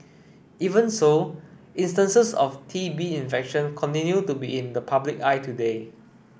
even so instances of T B infection continue to be in the public eye today